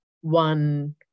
one